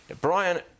Brian